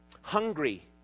hungry